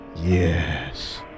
Yes